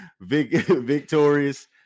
victorious